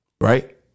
Right